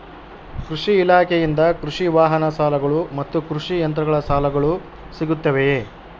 ಕೃಷಿ ಇಲಾಖೆಯಿಂದ ಕೃಷಿ ವಾಹನ ಸಾಲಗಳು ಮತ್ತು ಕೃಷಿ ಯಂತ್ರಗಳ ಸಾಲಗಳು ಸಿಗುತ್ತವೆಯೆ?